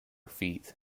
feet